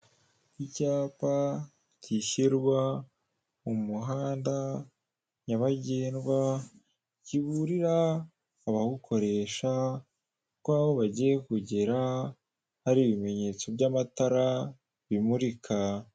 Icyapa gishyirwa mu muhanda nyabagendwa, kiburira abawukoresha ko aho bagiye kugera hari ibimenyetso by'amatara bimurika.